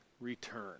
return